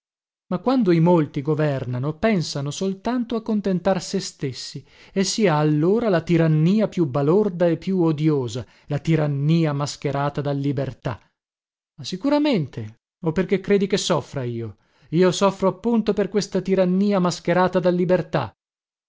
ma quando i molti governano pensano soltanto a contentar se stessi e si ha allora la tirannia più balorda e più odiosa la tirannia mascherata da libertà ma sicuramente oh perché credi che soffra io io soffro appunto per questa tirannia mascherata da libertà